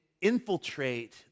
infiltrate